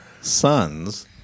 sons